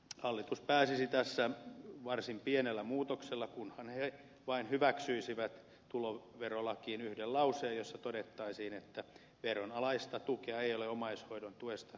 hallitus pääsisi tässä varsin pienellä muutoksella kunhan se vain hyväksyisi tuloverolakiin yhden lauseen jossa todettaisiin että veronalaista tukea ei ole omaishoidon tuesta